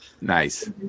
nice